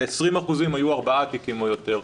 ל-20% היו ארבעה תיקים או יותר.